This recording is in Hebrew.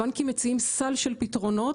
הבנקים מציעים סל של פתרונות.